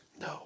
No